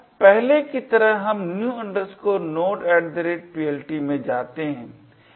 और पहले कि तरह हम new nodePLT में जाते है